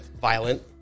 violent